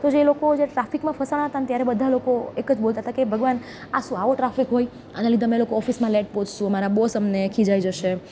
તો જે લોકો જે ટ્રાફિકમાં ફસાયા હતા ને ત્યારે બધા લોકો એક જ બોલતા હતા કે ભગવાન આ શું આવો ટ્રાફિક હોય આના લીધે તમે અમે લોકો ઓફિસમાં લેટ પહોંચીશું અમારા બોસ અમને ખીજાઈ જશે